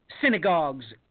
synagogues